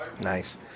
Nice